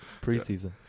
preseason